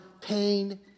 pain